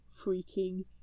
freaking